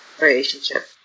relationship